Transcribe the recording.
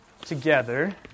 together